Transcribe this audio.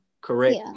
Correct